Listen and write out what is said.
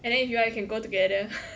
and then if you want you can go together